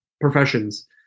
professions